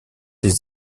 les